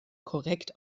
korrekt